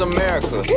America